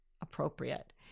appropriate